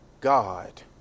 God